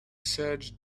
search